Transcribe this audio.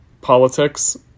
politics